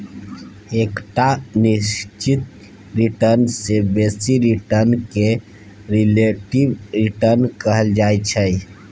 एकटा निश्चित रिटर्न सँ बेसी रिटर्न केँ रिलेटिब रिटर्न कहल जाइ छै